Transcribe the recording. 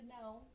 now